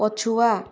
ପଛୁଆ